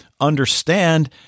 understand